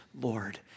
Lord